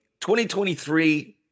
2023